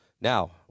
Now